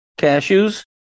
cashews